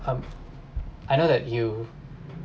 um I know that you